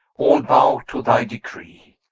all bow to thy decree,